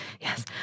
yes